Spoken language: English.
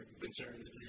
concerns